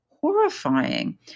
horrifying